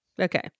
Okay